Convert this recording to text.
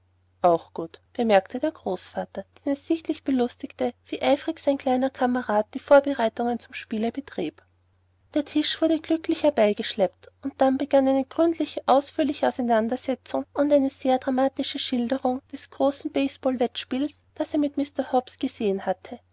auch gut bemerkte der großvater den es sichtlich belustigte wie eifrig sein kleiner kamerad die vorbereitungen zum spiele betrieb der tisch wurde glücklich herbeigeschleppt und dann begann eine gründliche ausführliche auseinandersetzung und eine sehr dramatische schilderung des großen base ball wettspieles das er mit mr hobbs gesehen hatte